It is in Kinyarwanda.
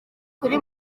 kuri